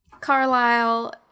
Carlisle